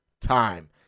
time